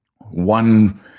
one